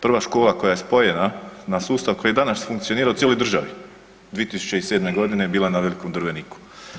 Prva škola koja je spojena na sustav koji danas funkcionira u cijeloj državi 2007.g. je bila na Velikom Drveniku.